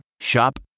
Shop